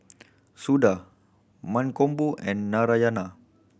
Suda Mankombu and Narayana